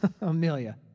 Amelia